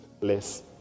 less